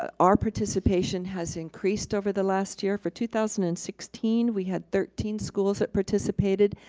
ah our participation has increased over the last year. for two thousand and sixteen, we had thirteen schools that participated.